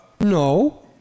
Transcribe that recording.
No